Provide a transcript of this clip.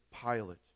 Pilate